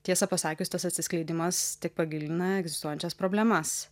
tiesą pasakius tas atsiskleidimas tik pagilina egzistuojančias problemas